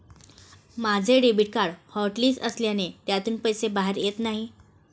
माझे debit card hotlist असल्याने त्यातून पैसे बाहेर येत नाही